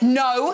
no